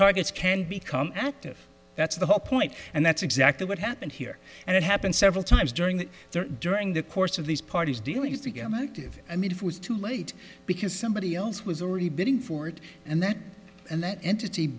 targets can become active that's the whole point and that's exactly what happened here and it happened several times during the during the course of these parties deal used to get a motive i mean it was too late because somebody else was already bidding for it and that and that entity